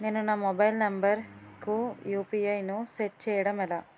నేను నా mobile number కుయు.పి.ఐ ను సెట్ చేయడం ఎలా?